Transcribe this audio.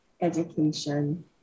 education